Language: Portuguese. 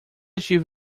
tive